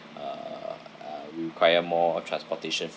uh uh will require more on transportation